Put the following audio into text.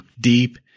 deep